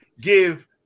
give